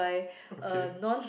okay